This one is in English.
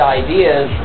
ideas